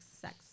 sex